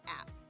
app